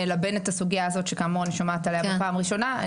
נלבן את הסוגיה הזאת שכאמור אני שומעת עליה בפעם הראשונה.